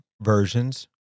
versions